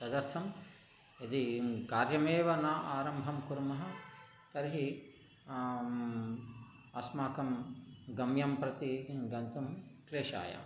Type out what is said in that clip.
तदर्थं यदि कार्यमेव न आरम्भं कुर्मः तर्हि अस्माकं गम्यं प्रति किं गन्तु क्लेशाय